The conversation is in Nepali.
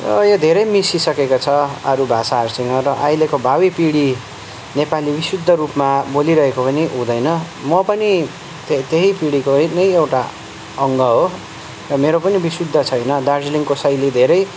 यो धेरै मिस्सिइसकेको छ अरू भाषाहरूसँग र अहिलेको भावी पिँढी नेपाली विशुद्ध रूपमा बोलिरहेको पनि बोलिरहेको पनि हुँदैन म पनि त्यही पिँढीको नै एउटा अङ्ग हो र मेरो पनि विशुद्ध छैन दार्जिलिङको शैली धेरै